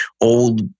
old